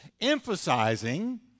emphasizing